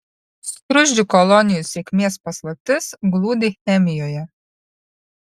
skruzdžių kolonijų sėkmės paslaptis glūdi chemijoje